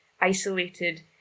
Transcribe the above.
isolated